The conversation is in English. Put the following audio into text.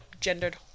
gendered